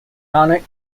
ionic